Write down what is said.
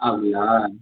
அப்படியா